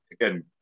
again